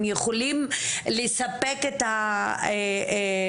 הם יכולים לספק את הסיכות.